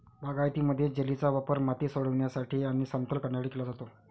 बागायतीमध्ये, जेलीचा वापर माती सोडविण्यासाठी आणि समतल करण्यासाठी केला जातो